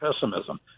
pessimism